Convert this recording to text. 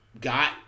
got